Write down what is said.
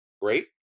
great